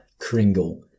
kringle